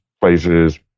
places